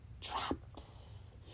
Traps